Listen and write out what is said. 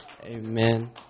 Amen